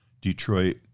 Detroit